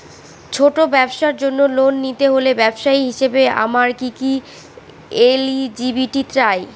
ছোট ব্যবসার জন্য লোন নিতে হলে ব্যবসায়ী হিসেবে আমার কি কি এলিজিবিলিটি চাই?